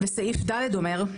וסעיף ד' אומר,